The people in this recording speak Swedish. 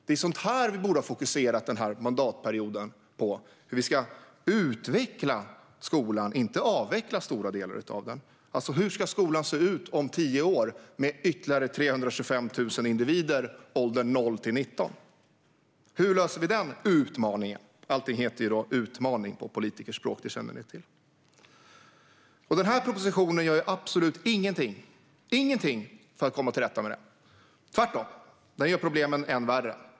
Det är sådant här vi borde ha fokuserat på under mandatperioden - hur vi ska utveckla skolan. Vi ska inte avveckla stora delar av den. Hur ska skolan se ut om tio år, med ytterligare 325 000 individer i åldrarna 0-19? Hur klarar vi den utmaningen? Allting heter, som ni känner till, "utmaning" på politikerspråk. Denna proposition gör absolut ingenting för att komma till rätta med detta. Tvärtom gör den problemen än värre.